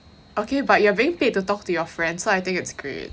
okay but you are being paid to talk to your friend so I think it's great